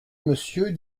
monsieur